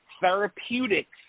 therapeutics